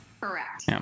Correct